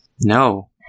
No